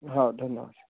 हो धन्यवाद